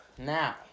Now